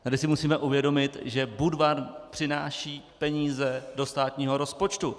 Tady si musíme uvědomit, že Budvar přináší peníze do státního rozpočtu.